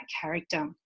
character